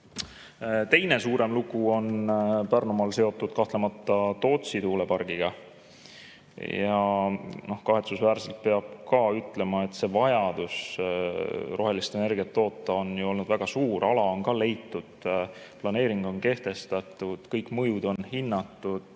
Teine suurem lugu on Pärnumaal seotud kahtlemata Tootsi tuulepargiga. Kahetsusväärselt peab ütlema, et vajadus rohelist energiat toota on olnud väga suur, ka ala on leitud, planeering on kehtestatud, kõik mõjud on hinnatud,